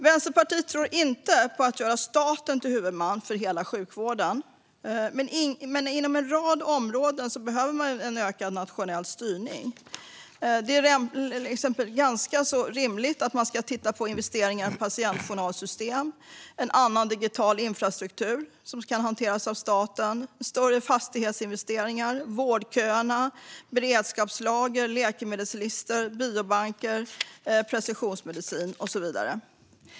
Vänsterpartiet tror inte på att göra staten till huvudman för hela sjukvården, men inom en rad områden behövs en ökad nationell styrning. Det är exempelvis rimligt att titta på investeringar i patientjournalsystem, en annan digital infrastruktur som ska hanteras av staten, större fastighetsinvesteringar, vårdköer, beredskapslager, läkemedelslistor, biobanker, precisionsmedicin och så vidare.